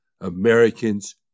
Americans